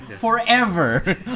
Forever